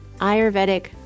ayurvedic